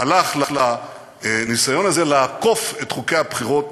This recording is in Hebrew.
הלך לניסיון הזה לעקוף את חוקי הבחירות,